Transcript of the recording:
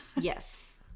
Yes